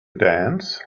dance